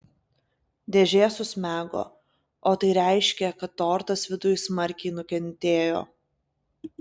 dėžė susmego o tai reiškė kad tortas viduj smarkiai nukentėjo